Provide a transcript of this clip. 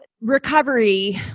recovery